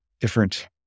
different